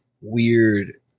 weird